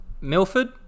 Milford